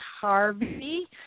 Harvey